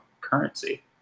currency